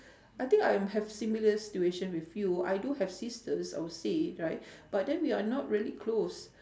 I think I'm have similar situation with you I do have sisters I would say right but then we're not really close